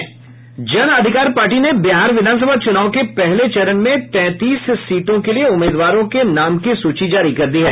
जन अधिकार पार्टी ने बिहार विधानसभा चुनाव के पहले चरण में तैंतीस सीटों के लिए उम्मीदवारों के नाम की सूची जारी कर दी है